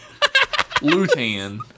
Lutan